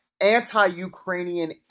anti-Ukrainian